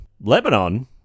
Lebanon